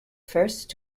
first